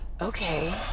Okay